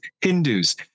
Hindus